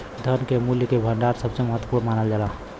धन के मूल्य के भंडार सबसे महत्वपूर्ण मानल जाला